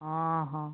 ହଁ ହଁ